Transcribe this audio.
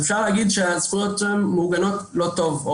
אפשר להגיד שהזכויות מעוגנות לא טוב,